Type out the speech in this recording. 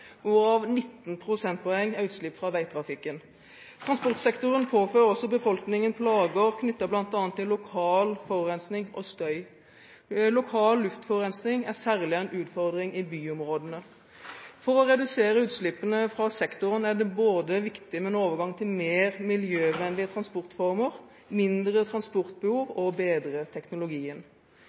19 prosentpoeng er utslipp fra veitrafikken. Transportsektoren påfører også befolkningen plager, knyttet til bl.a. lokal forurensning og støy. Lokal luftforurensning er særlig en utfordring i byområdene. For å redusere utslippene fra sektoren er det både viktig med en overgang til mer miljøvennlige transportformer, mindre transportbehov og å bedre teknologien.